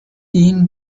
این